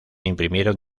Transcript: imprimieron